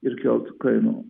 ir kelt kainų